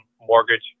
mortgage